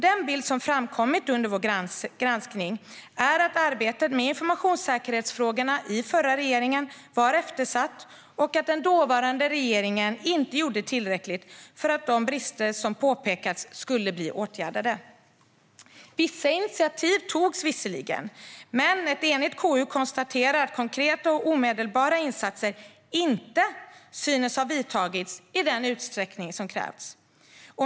Den bild som har framkommit under vår granskning är att arbetet med informationssäkerhetsfrågor i den förra regeringen var eftersatt och att den dåvarande regeringen inte gjorde tillräckligt för att de brister som påpekats skulle bli åtgärdade. Vissa initiativ togs visserligen, men ett enigt KU konstaterar att konkreta och omedelbara insatser inte synes ha vidtagits i den utsträckning som krävts.